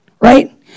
Right